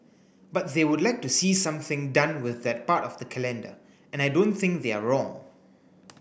but they would like to see something done with that part of the calendar and I don't think they're wrong